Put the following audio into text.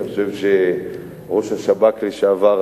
אני חושב שראש השב"כ לשעבר,